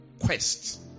quest